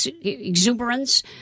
exuberance